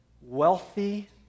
wealthy